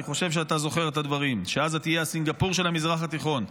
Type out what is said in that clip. אני חושב שאתה זוכר את הדברים שעזה תהיה הסינגפור של המזרח התיכון.